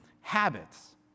habits